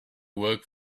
work